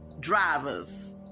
drivers